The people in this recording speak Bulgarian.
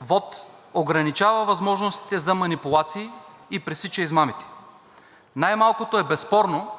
вот ограничава възможностите за манипулации и пресича измамите. Най-малкото е безспорно,